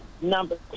Number